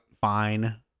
Fine